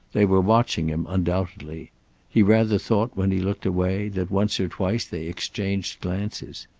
they were watching him, undoubtedly he rather thought, when he looked away, that once or twice they exchanged glances.